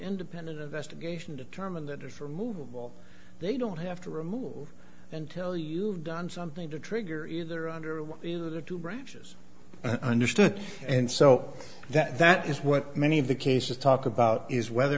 independent investigation determine that it's for movable they don't have to remove until you've done something to trigger either under one or two branches understood and so that that is what many of the cases talk about is whether